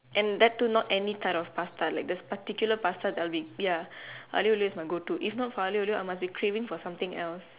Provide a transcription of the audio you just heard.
and that too not any type of pasta like there is particular pasta that I'll be ya Aglio-Olio is my go to if not for Aglio-Olio I must be craving for something else